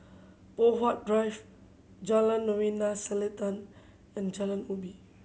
Poh Huat Drive Jalan Novena Selatan and Jalan Ubi